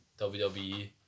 WWE